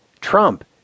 Trump